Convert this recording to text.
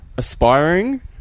Aspiring